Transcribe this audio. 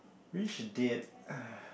which date uh